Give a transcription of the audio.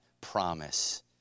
promise